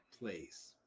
place